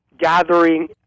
gathering